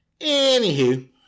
Anywho